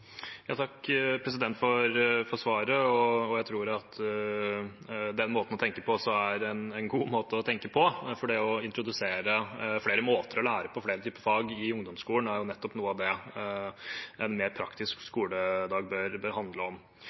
Takk for svaret. Jeg tror at den måten å tenke på også er en god måte å tenke på, for det å introdusere flere måter å lære på, flere typer fag i ungdomsskolen, er nettopp noe av det en mer praktisk skoledag bør handle om.